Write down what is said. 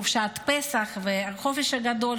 חופשת פסח והחופש הגדול,